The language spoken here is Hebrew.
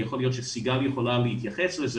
ויכול להיות שסיגל יכולה להתייחס לזה,